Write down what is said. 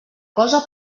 cosa